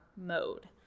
mode